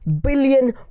billion